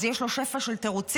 אז יש לו שפע של תירוצים.